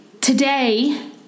today